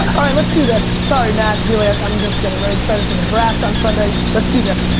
alright, let's do this. sorry matt, juliet, i'm just getting very excited for the draft on sunday. let's do this.